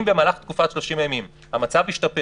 אם במהלך תקופת שלושים הימים המצב ישתפר